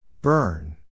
Burn